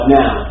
now